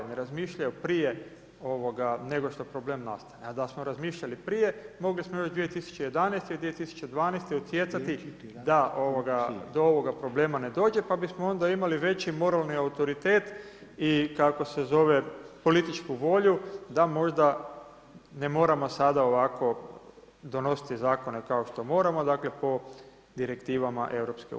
Ne razmišljaju prije nego što problem nastane, a da smo razmišljali prije mogli smo još 2011. i 2012. utjecati da do ovoga problema ne dođe pa bismo onda imali veći moralni autoritet i političku volju da možda ne moramo sada ovako donositi zakone kao što moramo, dakle po direktivama EU.